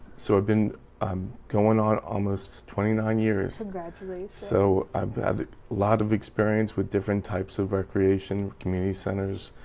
so i've been i'm going on almost twenty nine years. congratulations. so i've had a lot of experience with different types of recreation, community centers,